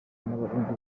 n’abarundi